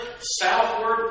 southward